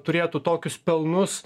turėtų tokius pelnus